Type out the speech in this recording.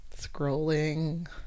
Scrolling